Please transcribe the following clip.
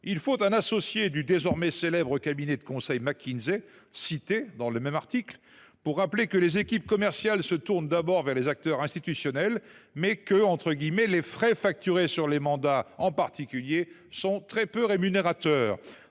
Il faut un associé du désormais célèbre cabinet de conseil McKinsey, cité dans le même article, pour rappeler que les équipes commerciales se tournent d’abord vers les acteurs institutionnels, mais que « les frais facturés sur les mandats, en particulier, sont très peu rémunérateurs.